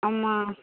ஆமாம்